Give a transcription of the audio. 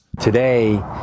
Today